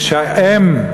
שהאם,